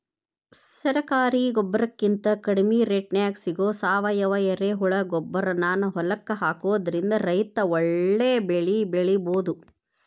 ಸರಕಾರಿ ಗೊಬ್ಬರಕಿಂತ ಕಡಿಮಿ ರೇಟ್ನ್ಯಾಗ್ ಸಿಗೋ ಸಾವಯುವ ಎರೆಹುಳಗೊಬ್ಬರಾನ ಹೊಲಕ್ಕ ಹಾಕೋದ್ರಿಂದ ರೈತ ಒಳ್ಳೆ ಬೆಳಿ ಬೆಳಿಬೊದು